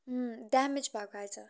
अँ ड्यामेज भएको आएछ